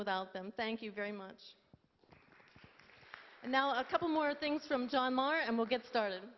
without them thank you very much now a couple more things from john meyer and we'll get started